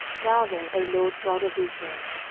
now then, o lord god of israel,